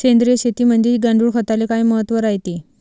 सेंद्रिय शेतीमंदी गांडूळखताले काय महत्त्व रायते?